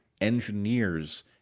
engineers